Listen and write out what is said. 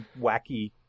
wacky